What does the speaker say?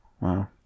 Wow